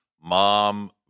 mom